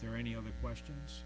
there any other questions